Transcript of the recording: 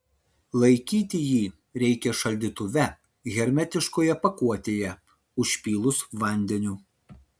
laikyti jį reikia šaldytuve hermetiškoje pakuotėje užpylus vandeniu